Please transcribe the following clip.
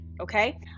okay